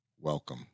welcome